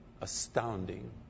astounding